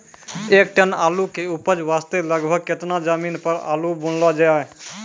एक टन आलू के उपज वास्ते लगभग केतना जमीन पर आलू बुनलो जाय?